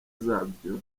zabyo